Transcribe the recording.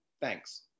thanks